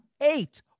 eight